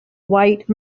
white